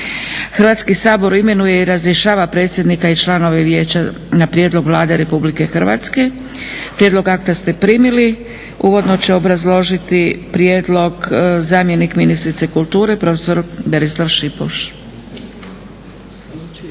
Hrvatski sabor imenuje i razrješava predsjednika i članove Vijeća na prijedlog Vlada RH. prijedlog akta ste primili. Uvodno će obrazložiti prijedlog zamjenik ministrice kulture profesor Berislav Šipuš.